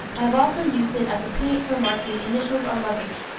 i have also used it as a paint for marking initials on luggage,